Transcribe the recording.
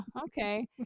okay